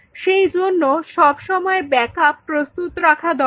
সেই জন্য সবসময় ব্যাকআপ প্রস্তুত রাখা দরকার